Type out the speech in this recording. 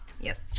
Yes